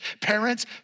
Parents